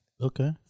Okay